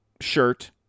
shirt